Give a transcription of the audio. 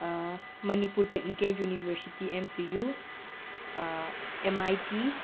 Manipur technical university M T U M I T